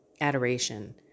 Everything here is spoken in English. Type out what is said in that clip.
adoration